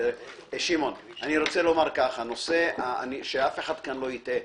שמעון, שאף אחד כאן לא יטעה